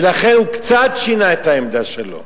ולכן הוא קצת שינה את העמדה שלו.